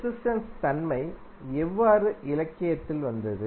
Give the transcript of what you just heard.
resistance தன்மை எவ்வாறு இலக்கியத்தில் வந்தது